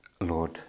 Lord